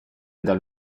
dal